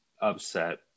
upset